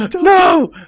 No